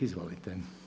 Izvolite.